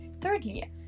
Thirdly